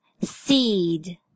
seed